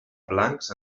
blancs